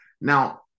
Now